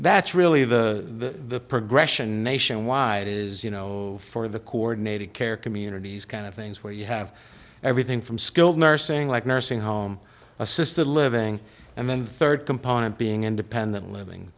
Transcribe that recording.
that's really the progression nationwide is you know for the coordinated care communities kind of things where you have everything from skilled nursing like nursing home assisted living and then rd component being independent living